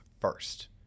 first